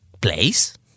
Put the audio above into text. place